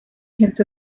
hint